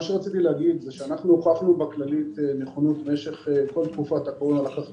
אנחנו בכללית הוכחנו נכונות במשך כל תקופת הקורונה לקחת